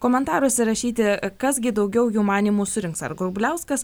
komentaruose rašyti kas gi daugiau jų manymu surinks ar grubliauskas